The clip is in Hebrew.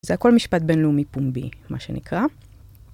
זה הכל משפט בינלאומי פומבי, מה שנקרא.